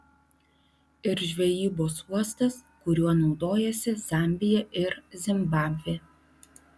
ir žvejybos uostas kuriuo naudojasi zambija ir zimbabvė